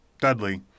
Dudley